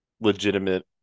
legitimate